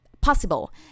possible